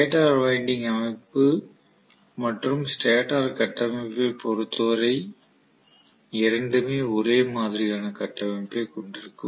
stator winding அமைப்பு மற்றும் stator கட்டமைப்பைப் பொருத்தவரை இரண்டுமே ஒரே மாதிரியான கட்டமைப்பைக் கொண்டிருக்கும்